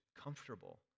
comfortable